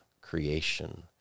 creation